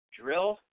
Drill